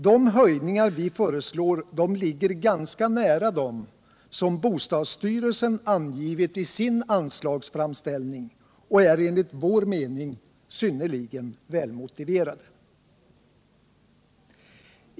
De höjningar vi föreslår ligger ganska nära dem som bostadsstyrelsen angivit i sin anslagsframställning och är enligt vår mening synnerligen välmotiverade.